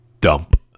dump